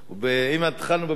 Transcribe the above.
אם התחלנו בברכות ובתודות,